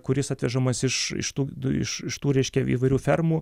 kuris atvežamas iš tų du iš tų reiškia įvairių fermų